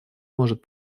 может